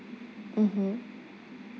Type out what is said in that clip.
mmhmm